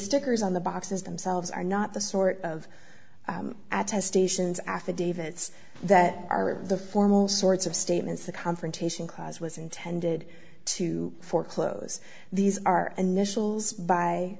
stickers on the boxes themselves are not the sort of at stations affidavits that are the formal sorts of statements the confrontation clause was intended to foreclose these are initials by